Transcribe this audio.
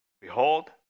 Behold